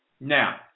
now